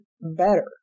better